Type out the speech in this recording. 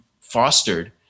fostered